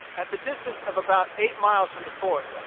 at the distance of about eight miles from the fort,